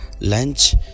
lunch